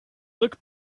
look